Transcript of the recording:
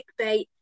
clickbait